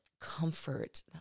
comfort